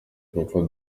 kuko